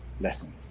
lesson